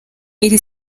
iri